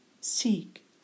Seek